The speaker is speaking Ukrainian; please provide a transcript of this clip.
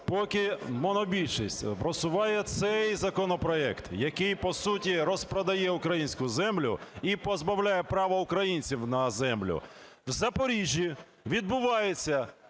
поки монобільшість просуває цей законопроект, який по суті розпродає українську землю і позбавляє право українців на землю, в Запоріжжі відбувається